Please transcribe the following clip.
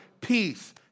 peace